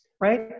right